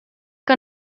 que